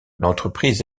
l’entreprise